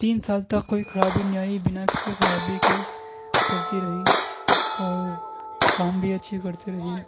تین سال تک کوئی خرابی نہیں آئی بنا کسی خرابی کے چلتی رہی اور کام بھی اچھی کرتی رہی